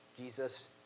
Jesus